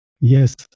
Yes